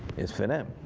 it's for them.